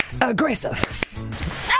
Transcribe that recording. aggressive